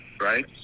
right